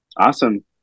Awesome